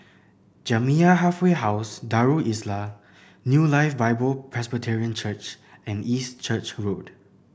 Jamiyah Halfway House Darul Islah New Life Bible Presbyterian Church and East Church Road